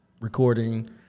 recording